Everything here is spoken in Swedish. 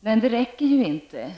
men det räcker inte.